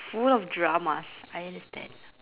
full of dramas I understand